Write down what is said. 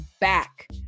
back